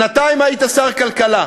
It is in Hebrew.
שנתיים היית שר הכלכלה.